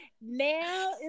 now